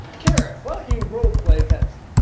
kara, why don't you role-play pepsi?